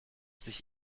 sich